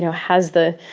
yeah has the